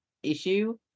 issue